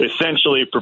essentially